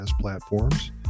platforms